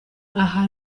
aha